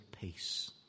peace